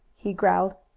he growled.